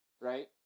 right